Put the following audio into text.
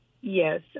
Yes